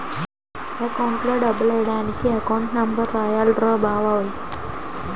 అకౌంట్లో డబ్బులెయ్యడానికి account number రాయాల్రా బావో